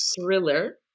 thriller